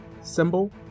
symbol